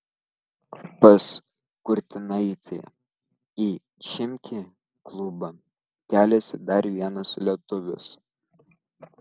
pas kurtinaitį į chimki klubą keliasi dar vienas lietuvis